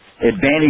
advantage